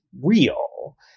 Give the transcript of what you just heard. real